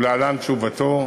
ולהלן תשובתו: